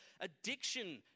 addiction